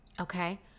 Okay